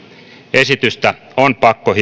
esitystä on pakko